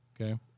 Okay